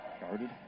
Guarded